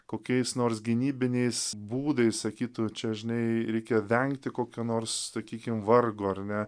kokiais nors gynybiniais būdais sakytų čia žinai reikėjo vengti kokio nors sakykim vargo ar ne